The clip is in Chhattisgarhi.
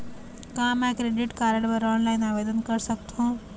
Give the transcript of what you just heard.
का मैं क्रेडिट कारड बर ऑनलाइन आवेदन कर सकथों?